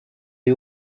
des